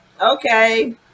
okay